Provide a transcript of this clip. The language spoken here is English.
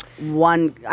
one